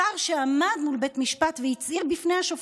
שר שעמד מול בית משפט והצהיר בפני השופט: